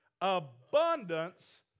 Abundance